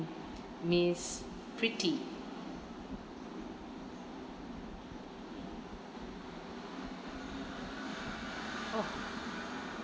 miss pretty oh